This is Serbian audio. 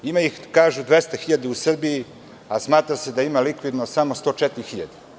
Ima ih, kažu, 200.000 u Srbiji, a smatra se da su likvidni samo 104.